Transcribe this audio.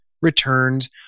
returns